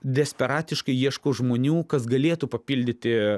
desperatiškai ieško žmonių kas galėtų papildyti